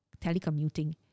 telecommuting